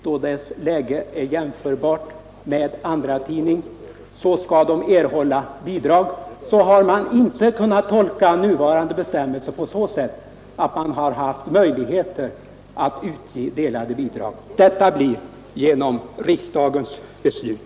Av besked som vi har fått från presstödsnämnden har emellertid framgått att man inte har kunnat tolka de nuvarande bestämmelserna så att man har haft möjlighet att utge delade bidrag. Detta blir nu möjligt efter riksdagens beslut.